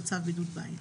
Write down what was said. לצו בידוד בית,